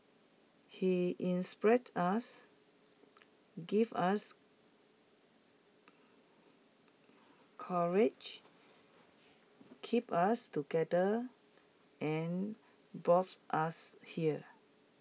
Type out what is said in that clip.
he inspired us give us courage keep us together and us here